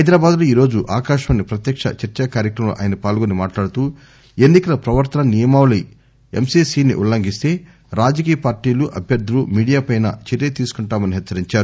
హైదరాబాద్లో ఈరోజు ఆకాశవాణి ప్రత్యక్ష చర్చా కార్యక్రమంలో ఆయన పాల్గొని మాట్లాడుతూ ఎన్ని కల ప్రవర్త నియమావళి ఎంసిసిని ఉల్లంఘిస్తే రాజకీయ పార్టీలు వాటి అభ్యర్థులు మీడియాపై చర్య తీసుకుంటామని హెచ్చరించారు